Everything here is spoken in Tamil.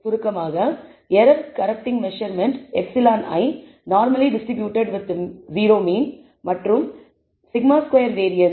சுருக்கமாக error corrupting measurement εi normally distributed with 0 mean மற்றும் σ2 வேரியன்ஸ்